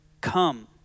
come